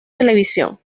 televisión